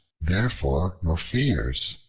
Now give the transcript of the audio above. therefore, your fears.